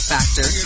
Factor